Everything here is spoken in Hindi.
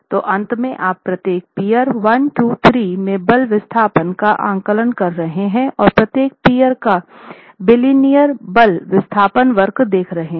तो अंत में आप प्रत्येक पीअर 1 2 3 में बल विस्थापन का आंकलन कर रहे हैं और प्रत्येक पीअर का बिलिनियर बल विस्थापन वक्र देख रहे हैं